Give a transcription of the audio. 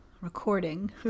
recording